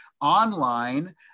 online